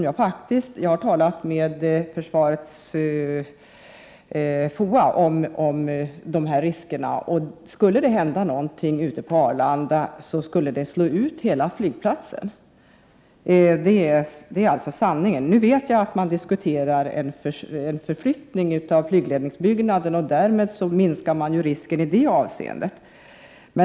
Jag har talat med FOA om riskerna. Skulle det hända någonting ute på Arlanda, skulle hela flygplatsen slås ut. Det är sanningen. Nu vet jag att man diskuterar en flyttning av flygledarbyggnaden, och därmed minskar man risken i det avseendet.